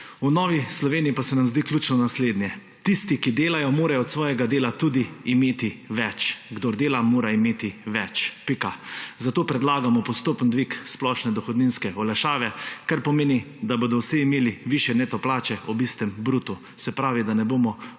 V Novi Sloveniji se nam zdi ključno naslednje. Tisti, ki delajo, morajo od svojega dela tudi imeti več. Kdor dela, mora imeti več. Pika. Zato predlagamo postopen dvig splošne dohodninske olajšave, kar pomeni, da bodo vsi imeli višje neto plače ob istem brutu, se pravi, da ne bomo